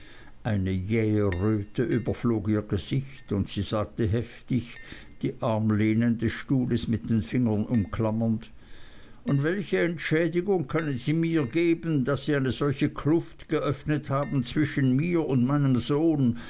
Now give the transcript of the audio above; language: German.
eine jähe röte überflog ihr gesicht und sie sagte heftig die armlehnen des stuhles mit den fingern umklammernd und welche entschädigung können sie mir geben daß sie eine solche kluft geöffnet haben zwischen mir und meinem sohn